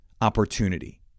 opportunity